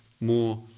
more